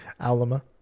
Alima